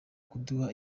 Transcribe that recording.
kuduha